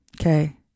Okay